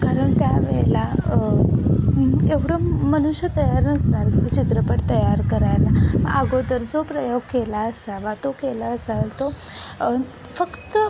कारण त्यावेळेला एवढं मनुष्य तयार नसणार चित्रपट तयार करायला अगोदर जो प्रयोग केला असावा तो केला असेल तो फक्त